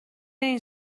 این